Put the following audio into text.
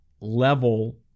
level